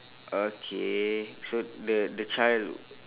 okay so the the child